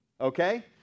okay